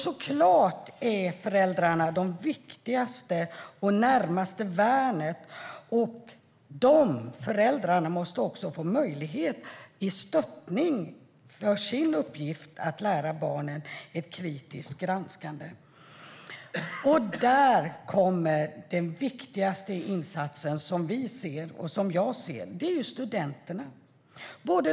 Såklart är föräldrarna de viktigaste och närmaste värnen, och föräldrarna måste också få möjlighet till stöttning i sin uppgift att lära barnen ett kritiskt granskande. Där kommer den viktigaste insatsen som jag och vi ser det: studenterna.